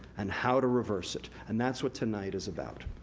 and how to reverse it. and that's what tonight is about.